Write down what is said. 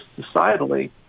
societally